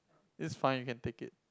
is fine you can take it